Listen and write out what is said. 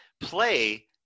play